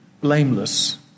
blameless